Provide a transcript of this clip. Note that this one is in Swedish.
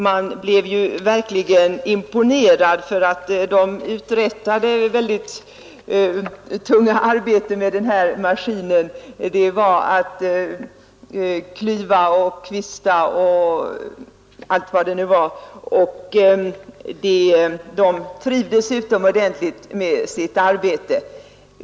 Man blev verkligen imponerad, för de uträttar väldigt tunga arbeten med de här maskinerna — klyver och kvistar o. d., och de trivdes utomordentligt med sitt arbete.